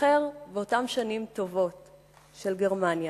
שייזכר באותן שנים טובות של גרמניה,